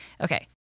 okay